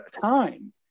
time